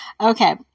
Okay